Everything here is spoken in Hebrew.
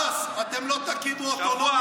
אתם הולכים לתת לפושעים חשמל.